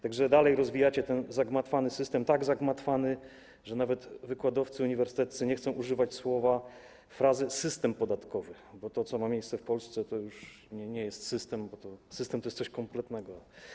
Tak że dalej rozwijacie ten zagmatwany system, tak zagmatwany, że nawet wykładowcy uniwersyteccy nie chcą używać frazy „system podatkowy”, bo to, co ma miejsce w Polsce, to już nie jest system, bo system to jest coś kompletnego.